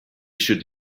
should